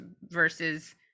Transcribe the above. versus